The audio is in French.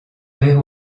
père